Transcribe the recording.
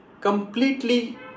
completely